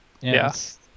Yes